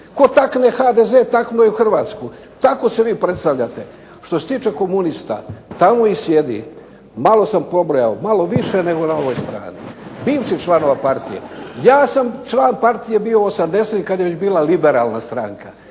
Tko takne HDZ taknuo je u Hrvatsku . tako se vi predstavljate. Što se tiče komunista tamo ih sjedi malo sam pobrojao, malo više nego na ovoj strani. Bivši članovi partije. Ja sam član partije bile osamdesetih kada je već bila LIberalna stranka.